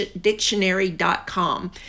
dictionary.com